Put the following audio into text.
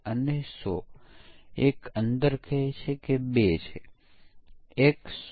પરંતુ system bug વિશે શું